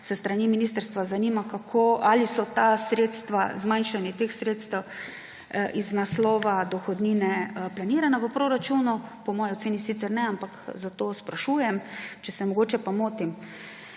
s strani ministrstva zanima, ali je zmanjšanje teh sredstev iz naslova dohodnine planirano v proračunu. Po moji oceni sicer ne, ampak zato sprašujem, če se mogoče pa motim.